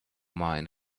mine